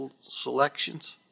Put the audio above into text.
selections